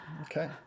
Okay